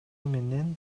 менен